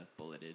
bulleted